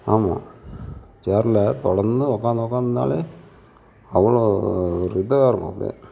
ஆமாம் சேர்ல தொடர்ந்து உட்காந்து உட்காந்து இருந்தாலே அவ்வளோ ஒரு இதாக இருக்கும் அப்படியே